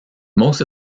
most